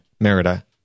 Merida